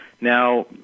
now